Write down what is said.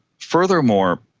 furthermore,